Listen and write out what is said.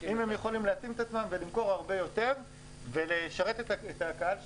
אם הם יכולים להתאים את עצמם ולמכור הרבה יותר ולשרת את הקהל שלהם.